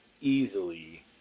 easily